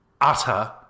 utter